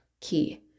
key